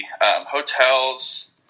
Hotels